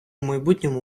майбутньому